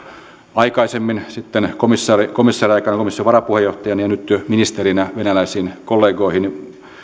aikaisemmin sitten komissaariaikana komission varapuheenjohtajana ja nyt ministerinä venäläisiin kollegoihini